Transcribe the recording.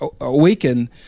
awaken